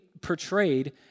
portrayed